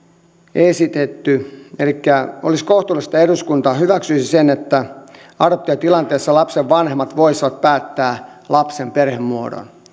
esitetty elikkä olisi kohtuullista että eduskunta hyväksyisi sen että adoptiotilanteessa lapsen vanhemmat voisivat päättää lapsen perhemuodon